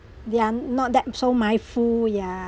they're not that so mindful yeah